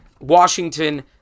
Washington